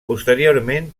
posteriorment